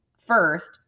first